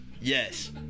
Yes